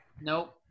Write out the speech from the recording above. Nope